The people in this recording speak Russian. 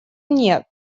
мне